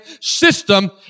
system